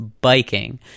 biking